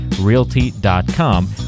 realty.com